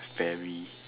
fairy